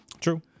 True